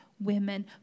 women